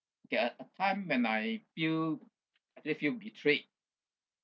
okay a a time when I feel was it feel betrayed